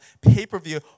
pay-per-view